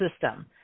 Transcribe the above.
system